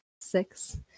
six